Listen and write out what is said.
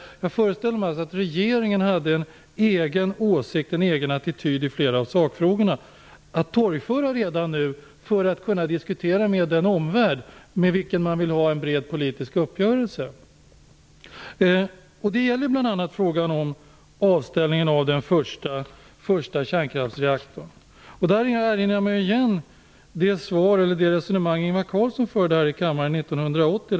Jag föreställde mig att regeringen hade en egen åsikt och en egen attityd i flera av sakfrågorna att torgföra redan nu för att kunna diskutera med den omvärld med vilken man vill ha en bred politisk uppgörelse. Det gäller bl.a. frågan om avställningen av den första kärnkraftsreaktorn. Där erinrar jag mig igen det resonemang Ingvar Carlsson förde här i kammaren 1980.